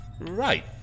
Right